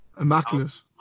Immaculate